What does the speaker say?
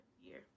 year